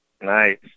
Nice